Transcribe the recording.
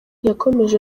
yakomeje